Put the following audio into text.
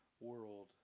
world